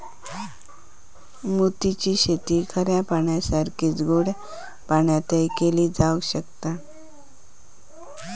मोती ची शेती खाऱ्या पाण्यासारखीच गोड्या पाण्यातय केली जावक शकता